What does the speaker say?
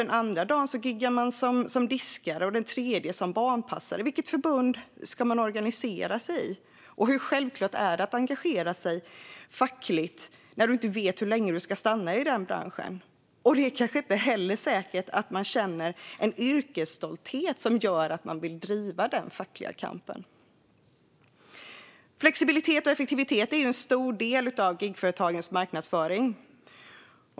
Den andra dagen gigar man som diskare och den tredje som barnpassare. Vilket förbund ska man organisera sig i? Och hur självklart är det att engagera sig fackligt när man inte vet hur länge man ska stanna i branschen? Det är inte heller säkert att man känner en yrkesstolthet som gör att man vill driva den fackliga kampen. Flexibilitet och effektivitet är en stor del av gigföretagens marknadsföring.